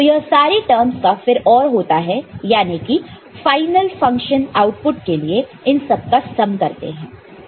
तो यह सारे टर्म्स का फिर OR होता है याने की फाइनल फंक्शन आउटपुट के लिए इन सब का सम करते हैं